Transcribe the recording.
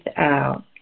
out